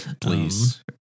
please